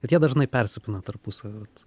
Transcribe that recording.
bet jie dažnai persipina tarpusavyje vat